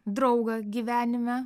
draugą gyvenime